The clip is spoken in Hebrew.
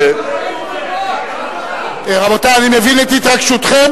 ראש ממשלת ישראל, רבותי, אני מבין את התרגשותכם.